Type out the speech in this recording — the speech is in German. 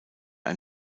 ein